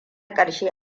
ƙarshe